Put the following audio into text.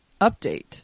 update